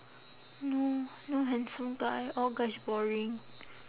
no no handsome guy all guys boring